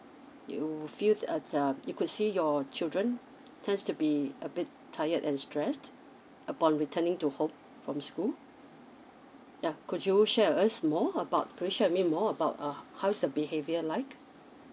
you feel uh the you could see your children tends to be a bit tired and stressed upon returning to home from school yeah could you share with us more about could you share with me more about uh how is her behaviour like